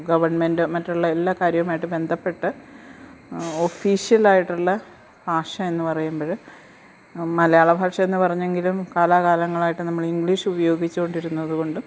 government മറ്റുള്ള എല്ലാ കാര്യമായിട്ട് ബന്ധപ്പെട്ട് ഓഫിഷ്യലായിട്ടുള്ള ഭാഷയെന്ന് പറയുമ്പോള് മലയാള ഭാഷ എന്ന് പറഞ്ഞെങ്കിലും കാലാകാലങ്ങളായിട്ട് നമ്മള് ഇംഗ്ലീഷ് ഉപയോഗിച്ചുകൊണ്ടിരുന്നതുകൊണ്ട്